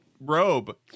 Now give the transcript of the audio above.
robe